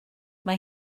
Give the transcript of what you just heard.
mae